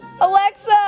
Alexa